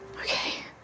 Okay